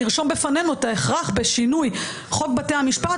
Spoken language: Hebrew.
נרשום בפנינו את ההכרח בשינוי חוק בתי המשפט